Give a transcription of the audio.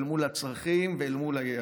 אל מול הצרכים ואל מול היעדים.